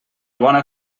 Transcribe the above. bona